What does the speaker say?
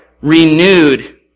renewed